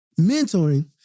Mentoring